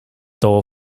door